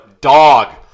dog